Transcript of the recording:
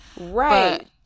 right